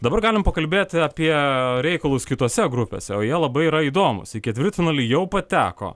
dabar galim pakalbėti apie reikalus kitose grupėse o jie labai yra įdomūs į ketvirtfinalį jau pateko